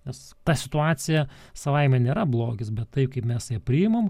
nes ta situacija savaime nėra blogis bet taip kaip mes ją priimame